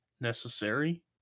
necessary